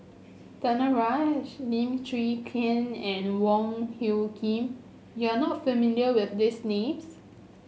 Danaraj Lim Chwee Chian and Wong Hung Khim you are not familiar with these names